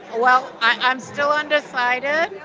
well, i'm still undecided.